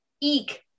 Eek